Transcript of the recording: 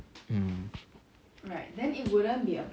mm